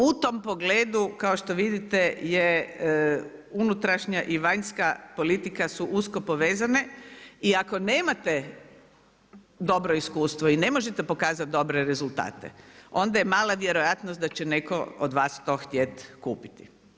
U tom pogledu kao što vidite je unutrašnja i vanjska politika su usko povezane i ako nemate dobro iskustvo i ne možete pokazati dobre rezultate, onda je mala vjerojatnost da će netko od vas to htjeti kupiti.